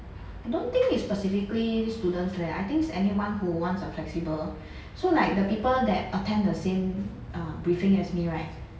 I don't think it's specifically students leh I think it's anyone who wants a flexible so like the people that attempt the same uh briefing as me right